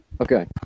Okay